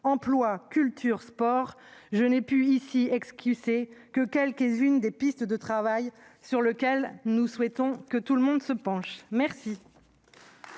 emploi, culture, sport. Je n'ai pu esquisser ici que quelques-unes des pistes de travail sur lesquelles nous souhaitons que tout le monde se penche. La